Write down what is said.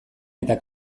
eta